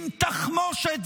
עם תחמושת,